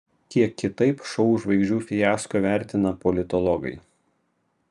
kiek kitaip šou žvaigždžių fiasko vertina politologai